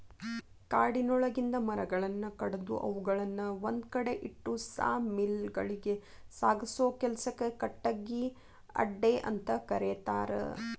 ಕಾಡಿನೊಳಗಿಂದ ಮರಗಳನ್ನ ಕಡದು ಅವುಗಳನ್ನ ಒಂದ್ಕಡೆ ಇಟ್ಟು ಸಾ ಮಿಲ್ ಗಳಿಗೆ ಸಾಗಸೋ ಕೆಲ್ಸಕ್ಕ ಕಟಗಿ ಅಡ್ಡೆಅಂತ ಕರೇತಾರ